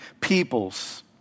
peoples